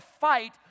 fight